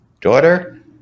daughter